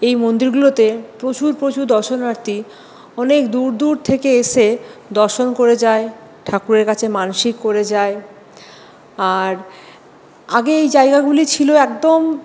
এই মন্দিরগুলোতে প্রচুর প্রচুর দর্শনার্থী অনেক দূর দূর থেকে এসে দর্শন করে যায় ঠাকুরের কাছে মানসিক করে যায় আর আগে এই জায়গাগুলি ছিল একদম